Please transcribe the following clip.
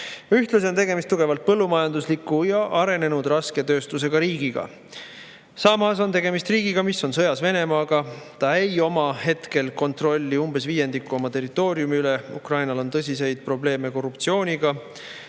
Ühtlasi on tegemist tugevalt põllumajandusliku ja arenenud rasketööstusega riigiga. Samas on tegemist riigiga, mis on sõjas Venemaaga, ta ei oma hetkel kontrolli umbes viiendiku oma territooriumi üle. Ukrainal on tõsiseid probleeme korruptsiooniga.